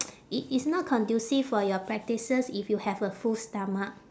i~ it's not conducive for your practices if you have a full stomach